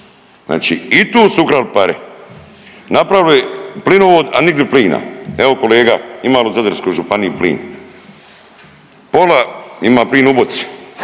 Znači i tu su ukrali pare, napravili plinovod a nigdje plina. Evo kolega ima li u Zadarskoj županiji plin? Pola ima plin u boci